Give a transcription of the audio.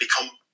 become